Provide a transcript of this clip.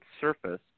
surface